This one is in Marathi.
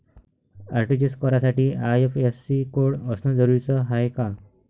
आर.टी.जी.एस करासाठी आय.एफ.एस.सी कोड असनं जरुरीच हाय का?